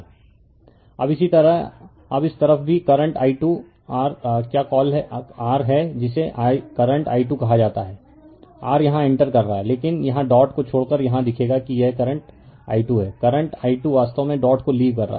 refer slide time 1443 अब इसी तरह अब इस तरफ भी करंट i 2 r क्या कॉल r है जिसे करंट i 2 कहा जाता है r यहाँ इंटर कर रहा है लेकिन यहाँ डॉट को छोड़कर यहाँ दिखेगा कि यह करंट i 2 है करंट i 2 वास्तव में डॉट को लीव कर रहा है